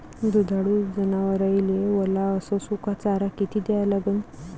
दुधाळू जनावराइले वला अस सुका चारा किती द्या लागन?